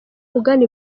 ugana